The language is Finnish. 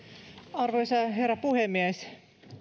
arvoisa herra puhemies